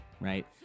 right